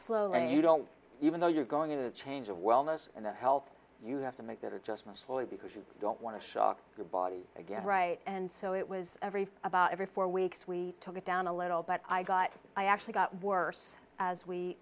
slowly you don't even know you're going in a change of wellness and that help you have to make that adjustment slowly because you don't want to shock your body again and so it was every about every four weeks we took it down a little but i got i actually got worse as we